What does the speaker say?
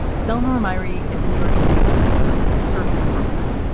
zelnorm murray is in york state senator serving in brooklyn.